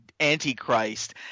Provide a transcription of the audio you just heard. antichrist